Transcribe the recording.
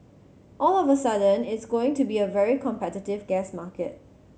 all of a sudden it's going to be a very competitive gas market